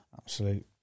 Absolute